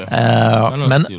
Men